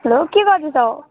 hello के गर्दैछौ